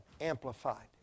Amplified